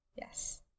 yes